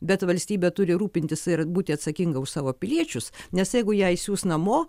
bet valstybė turi rūpintis ir būti atsakinga už savo piliečius nes jeigu ją išsiųs namo